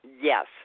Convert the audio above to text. Yes